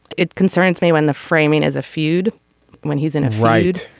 it concerns me when the framing as a feud when he's in it. right.